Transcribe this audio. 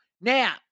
Now